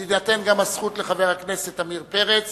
ותינתן גם הזכות לחבר הכנסת עמיר פרץ